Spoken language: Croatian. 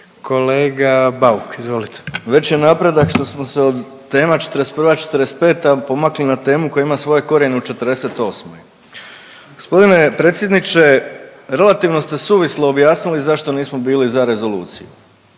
**Bauk, Arsen (SDP)** Već je napredak što smo se od tema '41.-'45. pomakli na temelj koja ima svoj korijen u '48. Gospodine predsjedniče relativno ste suvislo objasnili zašto nismo bili za rezoluciju,